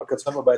המצב בעייתי,